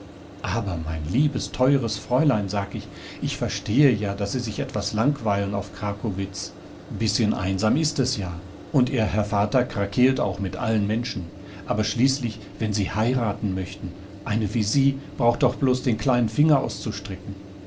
aber mein liebes teures fräulein sag ich ich verstehe ja daß sie sich etwas langweilen auf krakowitz bißchen einsam ist es ja und ihr herr vater krakeelt auch mit allen menschen aber schließlich wenn sie heiraten möchten eine wie sie braucht doch bloß den kleinen finger auszustrecken